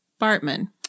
Bartman